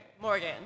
Morgan